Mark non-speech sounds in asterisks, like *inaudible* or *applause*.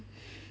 *laughs*